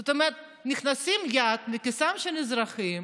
זאת אומרת, מכניסים יד לכיס של האזרחים